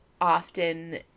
often